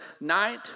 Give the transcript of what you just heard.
Night